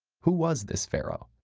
who was this pharaoh,